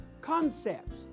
concepts